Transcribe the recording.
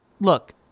look